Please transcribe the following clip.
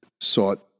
sought